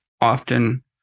often